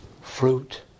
Fruit